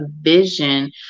vision